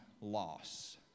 loss